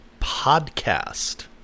podcast